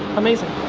amazing.